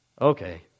Okay